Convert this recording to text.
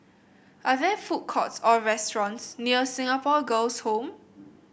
are there food courts or restaurants near Singapore Girls' Home